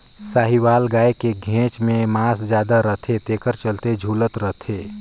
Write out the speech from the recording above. साहीवाल गाय के घेंच में मांस जादा रथे तेखर चलते झूलत रथे